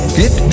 get